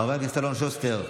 חבר הכנסת אלון שוסטר,